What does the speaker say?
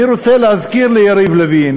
אני רוצה להזכיר ליריב לוין